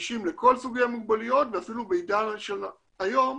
נגישים לכל סוגי המוגבלויות ואפילו בעידן של היום,